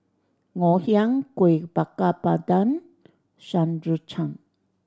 Ngoh Hiang Kuih Bakar Pandan Shan Rui Tang